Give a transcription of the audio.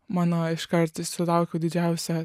mano iškart sulaukiau didžiausio